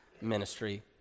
ministry